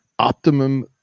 optimum